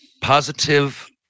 positive